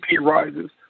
rises